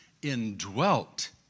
indwelt